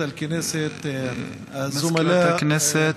מזכירת הכנסת,